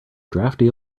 drafty